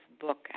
book